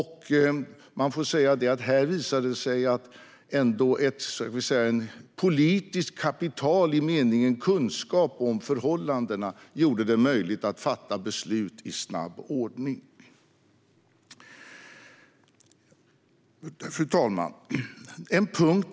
Här visade det sig att politiskt kapital i meningen kunskap om förhållandena gjorde det möjligt att fatta beslut i snabb ordning. Fru talman!